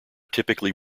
typically